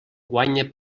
guanya